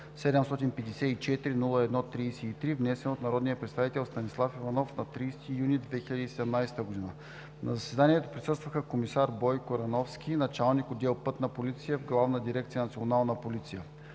754-01-33, внесен от народния представител Станислав Иванов на 30 юни 2017 г. На заседанието присъства комисар Бойко Рановски – началник отдел „Пътна полиция“ в Главна дирекция